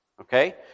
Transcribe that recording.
Okay